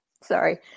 Sorry